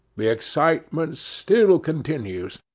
the excitement still continues.